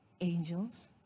angels